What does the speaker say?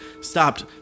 stopped